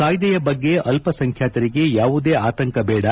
ಕಾಯ್ದೆಯ ಬಗ್ಗೆ ಅಲ್ಲ ಸಂಖ್ಥಾತರಿಗೆ ಯಾವುದೇ ಆತಂಕ ದೇಡ